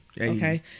Okay